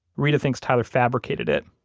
reta thinks tyler fabricated it.